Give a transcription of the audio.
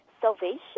salvation